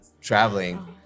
traveling